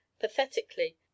pathetically